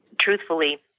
truthfully